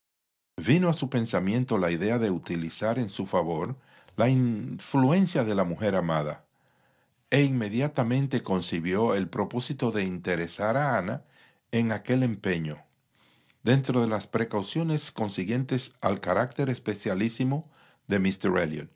vino a su pensamiento la idea de utilizar en su favor la influencia de la mujer amada e inmediatamente concibió el propósito de interesar a ana en aquel empeño dentro de las precauciones consiguientes al carácter especialísimo de